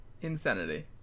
Insanity